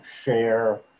share